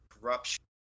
corruption